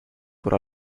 por